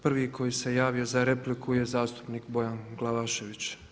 Prvi koji se javio za repliku je zastupnik Bojan Glavašević.